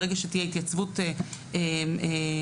ברגע שתהיה התייצבות במיידי,